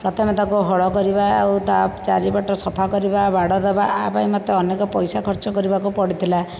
ପ୍ରଥମେ ତାକୁ ହଳ କରିବା ଆଉ ତା ଚାରିପଟେ ସଫା କରିବା ବାଡ଼ ଦେବା ଆ ପାଇଁ ମୋତେ ଅନେକ ପଇସା ଖର୍ଚ୍ଚ କରିବାକୁ ପଡ଼ିଥିଲା